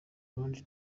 landry